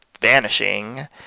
vanishing